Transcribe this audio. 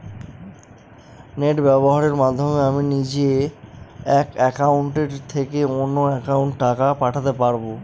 Net ব্যবহারের মাধ্যমে আমি নিজে এক অ্যাকাউন্টের থেকে অন্য অ্যাকাউন্টে টাকা পাঠাতে পারব?